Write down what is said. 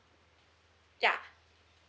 ya